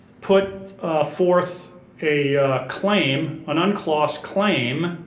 put forth a claim, an unclos claim,